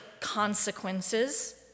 consequences